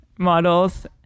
models